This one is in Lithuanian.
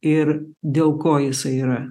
ir dėl ko jisai yra